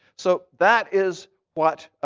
so that is what